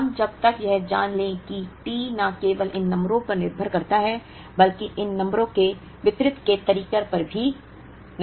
हम अब तक यह जान लें कि T न केवल इन नंबरों पर निर्भर करता है बल्कि इन नंबरों के वितरण के तरीके पर भी निर्भर करता है